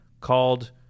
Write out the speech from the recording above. called